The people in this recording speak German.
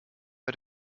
bei